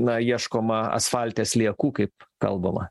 na ieškoma asfalte sliekų kaip kalbama